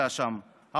הייתה שם,